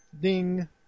ding